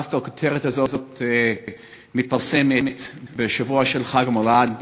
דווקא הכותרת הזאת מתפרסמת בשבוע של חג המולד,